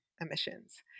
emissions